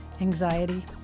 anxiety